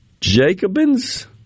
Jacobins